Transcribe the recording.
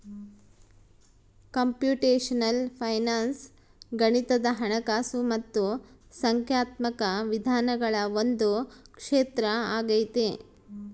computational finance ಗಣಿತದ ಹಣಕಾಸು ಮತ್ತು ಸಂಖ್ಯಾತ್ಮಕ ವಿಧಾನಗಳ ಒಂದು ಕ್ಷೇತ್ರ ಆಗೈತೆ